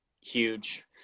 huge